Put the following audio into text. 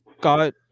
got